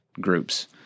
groups